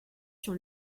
sur